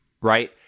right